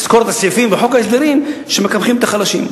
אני אסקור את הסעיפים בחוק ההסדרים שמקפחים את החלשים.